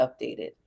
updated